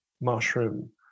mushroom